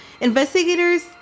investigators